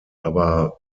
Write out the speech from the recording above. aber